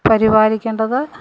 പരിപാലിക്കേണ്ടത്